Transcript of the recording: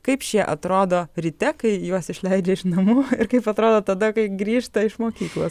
kaip šie atrodo ryte kai juos išleidžia iš namų ir kaip atrodo tada kai grįžta iš mokyklos